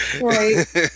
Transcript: Right